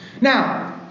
Now